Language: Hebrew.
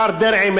השר דרעי,